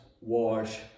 wash